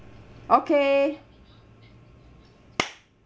okay